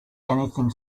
anything